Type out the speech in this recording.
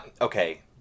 Okay